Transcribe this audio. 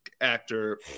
actor